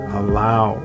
allow